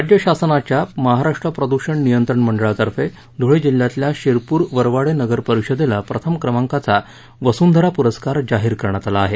राज्य शासनाच्या महाराष्ट्र प्रदृषण नियंत्रण मंडळातर्फे ध्रळे जिल्ह्यातील शिरपूर वरवाडे नगरपरिषदेला प्रथम क्रमांकाचा वसुंधरा पुरस्कार जाहीर करण्यात आला आहे